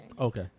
Okay